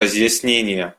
разъяснения